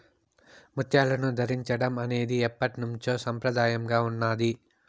ముత్యాలను ధరించడం అనేది ఎప్పట్నుంచో సంప్రదాయంగా ఉన్నాది